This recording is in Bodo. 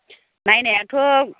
नायनायाथ'